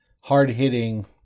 hard-hitting